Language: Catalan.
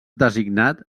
designat